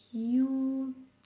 you